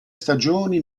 stagioni